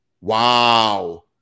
Wow